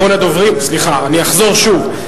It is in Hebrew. סליחה, אחזור שוב.